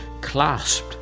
clasped